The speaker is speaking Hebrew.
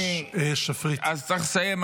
צריך לסיים,